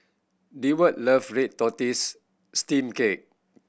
Deward love red tortoise steamed cake